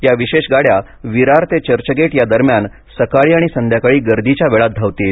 या विशेष गाड्या विरार ते चर्चगेट या दरम्यान सकाळी आणि संध्याकाळी गर्दीच्या वेळात धावतील